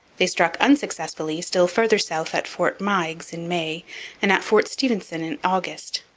they struck unsuccessfully, still farther south, at fort meigs in may and at fort stephenson in august